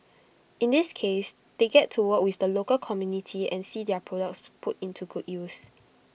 in this case they get to work with the local community and see their products put into good use